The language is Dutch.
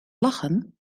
lachen